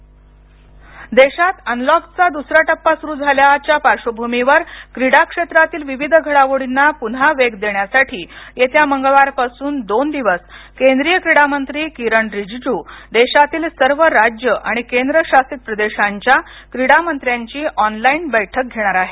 रिजिज् देशात अनलॉकचा दुसरा टप्पा सुरू झाल्याच्या पार्श्वभूमीवर क्रीडा क्षेत्रातील विविध घडामोडीना पुनः वेग देण्यासाठी येत्या मंगळवार पासून दोन दिवस केंद्रीय क्रीडा मंत्री किरण रिजिजू देशातील सर्व राज्य आणि केंद्र शासित प्रदेशांच्या क्रीडा मंत्र्यांची ऑनलाइन बैठक घेणार आहेत